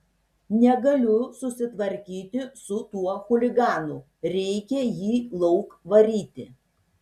negaliu susitvarkyti su tuo chuliganu reikia jį lauk varyti